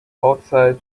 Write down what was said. outside